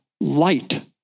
light